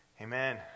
amen